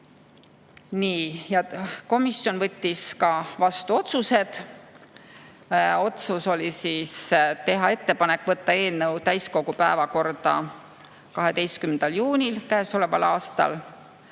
Nii, ja komisjon võttis vastu otsused. Otsus oli teha ettepanek võtta eelnõu täiskogu päevakorda 12. juunil käesoleval aastal,